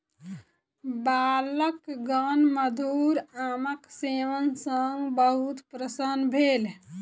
बालकगण मधुर आमक सेवन सॅ बहुत प्रसन्न भेल